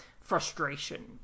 frustration